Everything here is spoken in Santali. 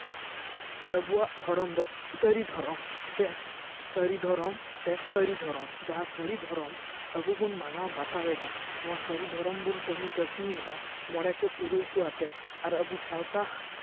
ᱟᱵᱚᱣᱟᱜ ᱫᱷᱚᱨᱚᱢ ᱫᱚ ᱥᱟᱹᱨᱤ ᱫᱷᱚᱨᱚᱢ ᱥᱮ ᱥᱟᱹᱨᱤ ᱫᱷᱚᱨᱚᱢ ᱥᱮ ᱥᱟᱹᱨᱤ ᱫᱷᱚᱨᱚᱢ ᱡᱟᱦᱟᱸ ᱥᱟᱹᱨᱤ ᱫᱷᱚᱨᱚᱢ ᱟᱵᱚ ᱵᱚᱱ ᱢᱟᱱᱟᱣ ᱵᱟᱛᱟᱣ ᱮᱫᱟ ᱱᱚᱣᱟ ᱥᱟᱹᱨᱤ ᱫᱷᱚᱨᱚᱢ ᱵᱚᱱ ᱠᱟᱹᱢᱤ ᱠᱟᱹᱥᱱᱤᱭᱮᱫᱟ ᱢᱚᱬᱮ ᱠᱚ ᱛᱩᱨᱩᱭ ᱠᱚ ᱟᱛᱮᱫ ᱟᱨ ᱟᱵᱚ ᱥᱟᱶᱛᱟ